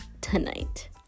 tonight